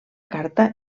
carta